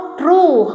true